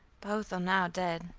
both are now dead,